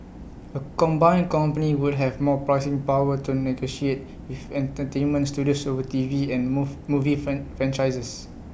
A combined company would have more pricing power to negotiate with entertainment studios over T V and move movie fan franchises